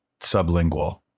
sublingual